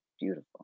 Beautiful